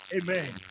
Amen